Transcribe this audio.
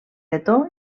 letó